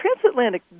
Transatlantic